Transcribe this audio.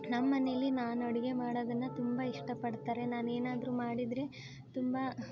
ನಮ್ಮ ಮನೇಲಿ ನಾನು ಅಡುಗೆ ಮಾಡೋದನ್ನು ತುಂಬ ಇಷ್ಟಪಡ್ತಾರೆ ನಾನು ಏನಾದರೂ ಮಾಡಿದರೆ ತುಂಬ